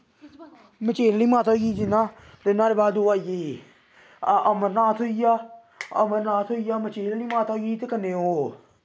मचेल आह्ली माता होई गेई जि'यां ते नाह्ड़े बाद ओह् आई गेई अमरनाथ होई गेआ अमरनाथ होई गेआ मचेल दी माता होई गेई कन्नै ओह्